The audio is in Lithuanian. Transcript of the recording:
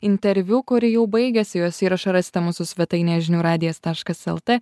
interviu kuri jau baigėsi jos įrašą rasite mūsų svetainėje žinių radijas taškas lt